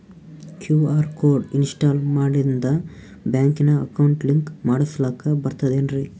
QR code install ಮಾಡಿಂದ ಬ್ಯಾಂಕಿನ account link ಮಾಡಸ್ಲಾಕ ಬರ್ತದೇನ್ರಿ